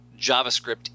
JavaScript